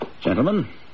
Gentlemen